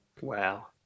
wow